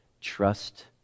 Trust